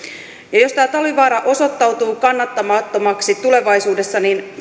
jos talvivaara osoittautuu kannattamattomaksi tulevaisuudessa